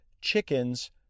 chickens